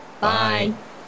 Bye